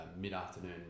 mid-afternoon